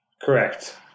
Correct